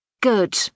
Good